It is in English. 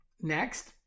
Next